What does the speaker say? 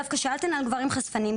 דווקא שאלתן על גברים חשפניים.